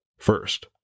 First